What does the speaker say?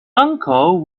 uncle